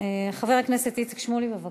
חבר הכנסת איציק שמולי, בבקשה.